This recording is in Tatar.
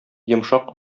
йомшак